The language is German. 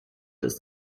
ist